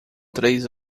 três